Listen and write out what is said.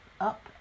up